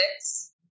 six